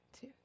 two